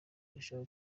irusha